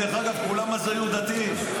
כולם אז היו דתיים,